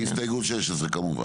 הסתייגות 16. כמובן.